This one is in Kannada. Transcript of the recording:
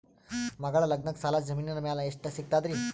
ಮಗಳ ಲಗ್ನಕ್ಕ ಸಾಲ ಜಮೀನ ಮ್ಯಾಲ ಎಷ್ಟ ಸಿಗ್ತದ್ರಿ?